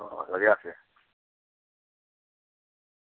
دریا پہ